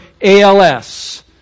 ALS